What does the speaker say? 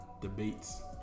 Debates